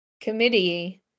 committee